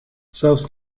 zelfs